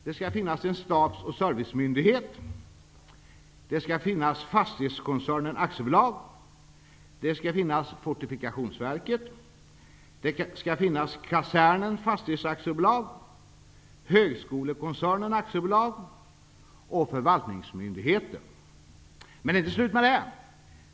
Låt mig redogöra för denna skiss. Den innehåller: och förvaltningsmyndigheten. Men det är inte slut med det.